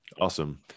Awesome